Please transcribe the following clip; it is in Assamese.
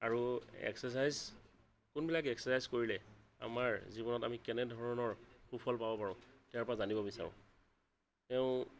আৰু এক্সাৰচাইজ কোনবিলাক এক্সাৰচাইজ কৰিলে আমাৰ জীৱনত আমি কেনে ধৰণৰ সুফল পাব পাৰোঁ তেওঁৰ পৰা জানিব বিচাৰোঁ তেওঁ